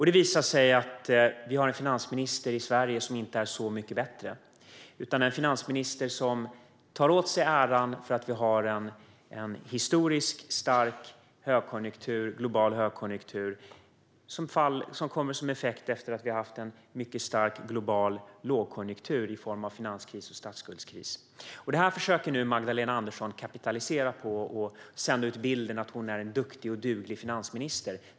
Det visar sig att vi har en finansminister i Sverige som inte är så mycket bättre utan tar åt sig äran för att vi har en historiskt stark global högkonjunktur som kommer som en effekt av en mycket stark global lågkonjunktur i form av finanskris och statsskuldskris. Det här försöker Magdalena Andersson nu att kapitalisera på för att sända ut bilden av att hon är en duktig och duglig finansminister.